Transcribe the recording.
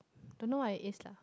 don't know what it is lah